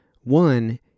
One